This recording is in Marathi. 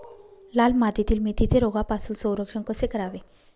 लाल मातीतील मेथीचे रोगापासून संरक्षण कसे करावे?